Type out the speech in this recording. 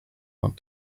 want